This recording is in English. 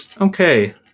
okay